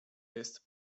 jest